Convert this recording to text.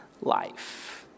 life